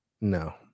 no